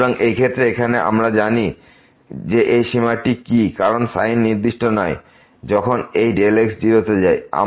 সুতরাং এই ক্ষেত্রে এখানে আমরা জানি না এই সীমাটি কী কারণ sin নির্দিষ্ট নয় যখন এই x 0 তে যাবে